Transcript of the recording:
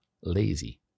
lazy